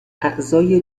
اعضای